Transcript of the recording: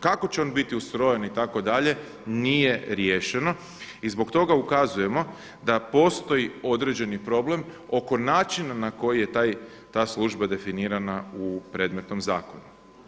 Kako će on biti ustrojen itd. nije riješeno i zbog toga ukazujemo da postoji određeni problem oko načina na koji je ta služba definirana u predmetnom zakonu.